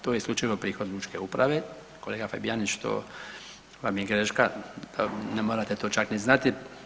To je isključivo prihod lučke uprave, kolega Fabijanić, to vam je greška, ne morate to čak ni znati.